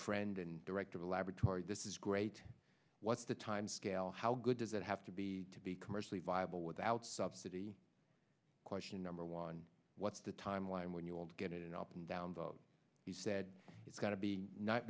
friend and director the laboratory this is great what's the time scale how good does it have to be to be commercially viable without subsidy question number one what's the timeline when you won't get it up and down vote he said it's got to be not